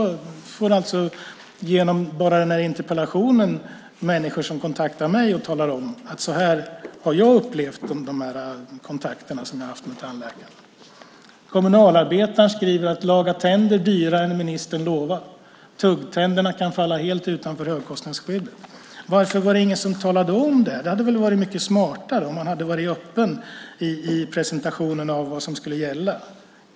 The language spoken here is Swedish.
Efter att jag har framställt denna interpellation har människor kontaktat mig och talat om hur de har upplevt kontakterna med sina tandläkare. Kommunalarbetaren skriver att det är dyrare att laga tänderna än vad ministern har lovat och att tuggtänderna kan falla helt utanför högkostnadsskyddet. Varför var det ingen som talade om det? Det hade väl varit smartare om man hade varit öppen i presentationen av vad som skulle gälla.